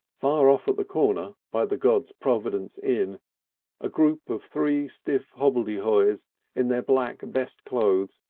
far off at the corner by the god's providence inn a group of three stiff hobbledehoys in their black, best clothes,